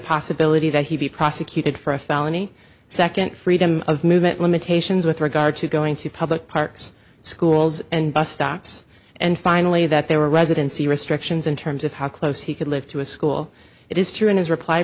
possibility that he be prosecuted for a felony second freedom of movement limitations with regard to going to public parks schools and bus stops and finally that there were residency restrictions in terms of how close he could live to a school it is true in his reply